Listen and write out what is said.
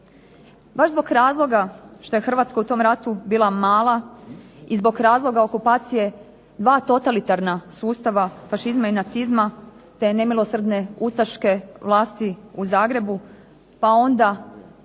Baš zbog razloga što je Hrvatska u tom ratu bila mala i zbog razloga okupacije dva totalitarna sustava fašizma i nacizma, te nemilosrdne ustaške vlasti u Zagrebu, pa onda